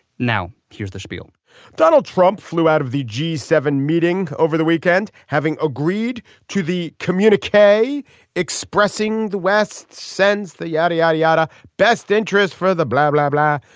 now here's the spiel donald trump flew out of the g seven meeting over the weekend having agreed to the communique expressing the west's sense that yada yada yada. best interests for the blah blah blah.